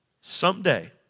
Someday